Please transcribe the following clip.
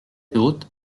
haute